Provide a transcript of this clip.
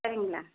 சரிங்களா